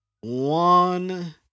one